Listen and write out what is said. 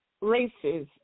races